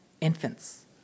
infants